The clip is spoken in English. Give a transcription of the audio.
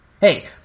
Hey